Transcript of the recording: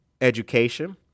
education